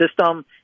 system